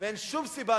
ואין שום סיבה,